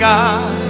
God